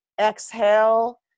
exhale